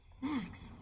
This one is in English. Max